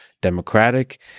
democratic